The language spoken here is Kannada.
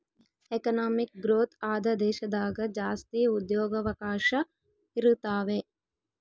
ಎಕನಾಮಿಕ್ ಗ್ರೋಥ್ ಆದ ದೇಶದಾಗ ಜಾಸ್ತಿ ಉದ್ಯೋಗವಕಾಶ ಇರುತಾವೆ